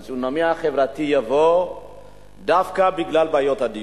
הצונאמי החברתי יבוא דווקא בגלל בעיות הדיור.